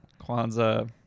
Kwanzaa